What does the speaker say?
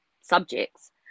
subjects